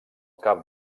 cap